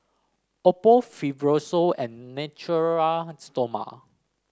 Oppo Fibrosol and Natura Stoma